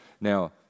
Now